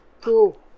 Cool